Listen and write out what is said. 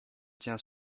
tient